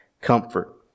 comfort